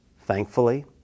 Thankfully